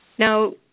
Now